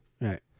Right